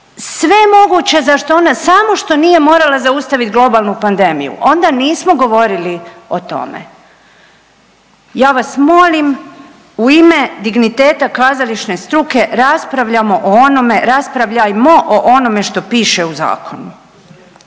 sve moguće za što ona samo što nije morala zaustavit globalnu pandemiju, onda nismo govorili o tome. Ja vas molim u ime digniteta kazališne struke raspravljajmo o onome što piše u zakonu.